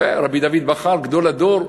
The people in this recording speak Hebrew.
כי היה רבי דוד בכר גדול הדור,